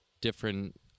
different